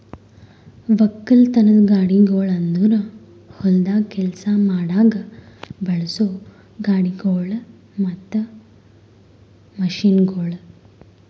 ಒಕ್ಕಲತನದ ಗಾಡಿಗೊಳ್ ಅಂದುರ್ ಹೊಲ್ದಾಗ್ ಕೆಲಸ ಮಾಡಾಗ್ ಬಳಸೋ ಗಾಡಿಗೊಳ್ ಮತ್ತ ಮಷೀನ್ಗೊಳ್